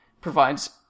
provides